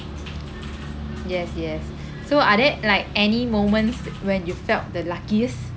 yes yes so are there like any moments when you felt the luckiest